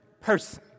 person